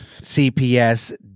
CPS